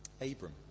Abram